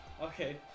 Okay